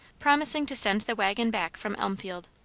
promising to send the waggon back from elmfield.